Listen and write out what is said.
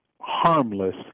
harmless